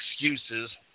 excuses –